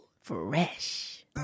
Fresh